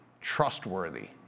trustworthy